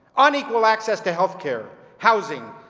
unequal access to health care, housing,